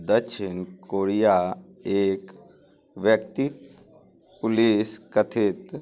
दच्छिन Korea एक व्यक्ति police कथित